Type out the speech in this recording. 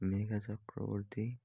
Megha Chakraborty